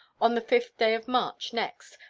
on the fifth day of march next,